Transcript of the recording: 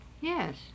Yes